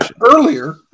earlier